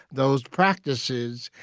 those practices,